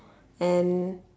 and